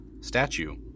statue